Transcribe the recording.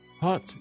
hot